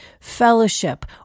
fellowship